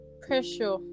Pressure